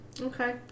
Okay